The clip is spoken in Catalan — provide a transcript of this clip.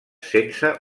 sense